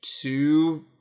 two